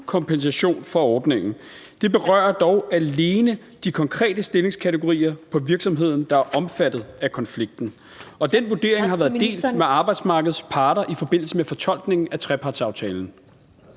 kompensation fra ordningen. Det berører dog alene de konkrete stillingskategorier på virksomheden, der er omfattet af konflikten, og den vurdering har været delt med arbejdsmarkedets parter i forbindelse med fortolkningen af trepartsaftalen.